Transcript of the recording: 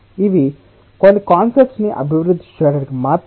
ఇవి కొన్ని కాన్సెప్ట్స్ ని అభివృద్ధి చేయడానికి మాత్రమే